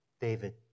David